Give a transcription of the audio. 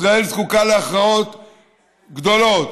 ישראל זקוקה להכרעות גדולות.